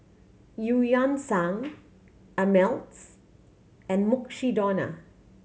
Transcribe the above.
Eu Yan Sang Ameltz and Mukshidonna